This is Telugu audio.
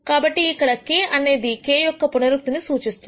కాబట్టి ఇక్కడ k అనేది k యొక్క పునరుక్తి సూచిస్తుంది